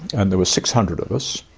and there were six hundred of us.